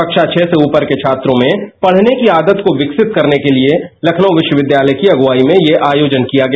कक्षा छह से ऊपर के छात्रों में पढ़ने की आदत को विकसित करने के लिए लखनऊ विश्वविद्यालय की अगुवाई में यह आयोजन किया गया